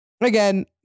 Again